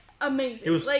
amazing